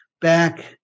back